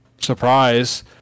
Surprise